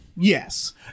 Yes